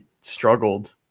struggled